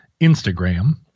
Instagram